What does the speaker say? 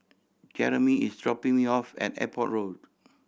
Jeremy is dropping me off at Airport Road